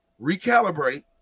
recalibrate